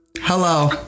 Hello